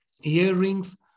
earrings